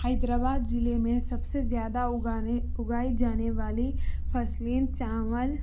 حیدرآباد ضلعے میں سب زیادہ اگانے اگائی جانے والی فصلیں چاول